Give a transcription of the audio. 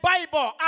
Bible